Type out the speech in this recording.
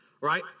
right